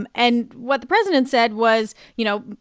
um and what the president said was, you know,